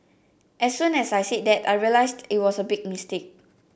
as soon as I said that I realised it was a big mistake